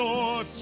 Lord